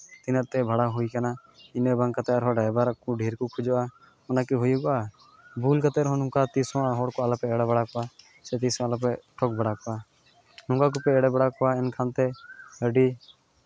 ᱛᱤᱱᱟᱹᱜ ᱛᱮ ᱵᱷᱟᱲᱟ ᱦᱩᱭ ᱟᱠᱟᱱᱟ ᱤᱱᱟᱹ ᱵᱟᱝ ᱠᱟᱛᱮᱫ ᱟᱨᱦᱚᱸ ᱰᱨᱟᱭᱵᱷᱟᱨ ᱠᱚ ᱰᱷᱮᱨ ᱠᱚ ᱠᱷᱚᱡᱚᱜᱼᱟ ᱚᱱᱟ ᱠᱤ ᱦᱩᱭᱩᱜᱼᱟ ᱵᱷᱩᱞ ᱠᱟᱛᱮᱫ ᱨᱮᱦᱚᱸ ᱱᱚᱝᱠᱟ ᱛᱤᱥᱦᱚᱸ ᱦᱚᱲᱠᱚ ᱟᱞᱚᱯᱮ ᱮᱲᱮ ᱵᱟᱲᱟ ᱠᱚᱣᱟ ᱥᱮ ᱛᱤᱥᱦᱚᱸ ᱟᱞᱚᱯᱮ ᱴᱷᱚᱠ ᱵᱟᱲᱟ ᱠᱚᱣᱟ ᱱᱚᱝᱠᱟ ᱜᱮᱯᱮ ᱮᱲᱮ ᱵᱟᱲᱟ ᱠᱚᱣᱟ ᱮᱱᱠᱷᱟᱱ ᱛᱮ ᱟᱹᱰᱤ